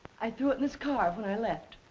i threw it in his car when i left.